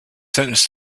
sentenced